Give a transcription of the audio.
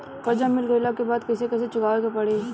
कर्जा मिल गईला के बाद कैसे कैसे चुकावे के पड़ी?